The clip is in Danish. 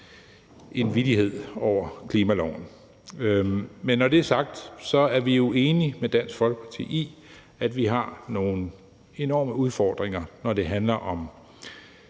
en vittighed over klimaloven. Men når det er sagt, er vi jo enige med Dansk Folkeparti i, at vi har nogle enorme udfordringer, når det handler om